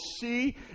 see